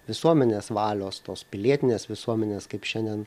visuomenės valios tos pilietinės visuomenės kaip šiandien